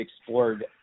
explored